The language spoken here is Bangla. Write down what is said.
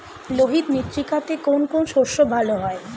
লোহিত মৃত্তিকাতে কোন কোন শস্য ভালো হয়?